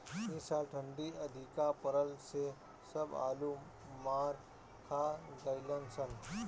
इ साल ठंडी अधिका पड़ला से सब आलू मार खा गइलअ सन